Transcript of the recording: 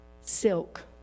silk